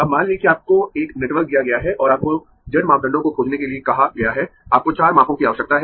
अब मान लें कि आपको एक नेटवर्क दिया गया है और आपको Z मापदंडों को खोजने के लिए कहा गया है आपको चार मापों की आवश्यकता है